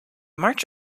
march